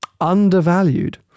Undervalued